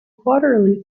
quarterly